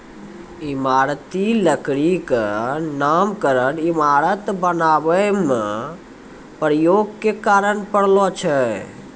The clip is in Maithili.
इमारती लकड़ी क नामकरन इमारत बनावै म प्रयोग के कारन परलो छै